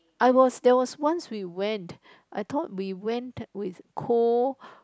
I was there was once we went I thought we went with cold